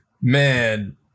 Man